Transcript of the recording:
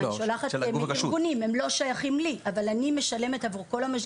הם לא שייכים לי, אבל אני משלמת עבור כל המשגיחים.